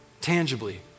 tangibly